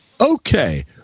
okay